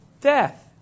death